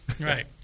right